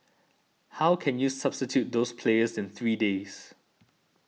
how can you substitute those players in three days